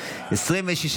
2 נתקבלו.